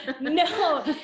No